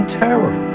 terror